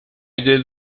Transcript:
did